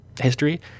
history